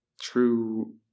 true